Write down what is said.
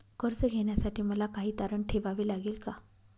कर्ज घेण्यासाठी मला काही तारण ठेवावे लागेल का?